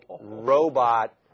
robot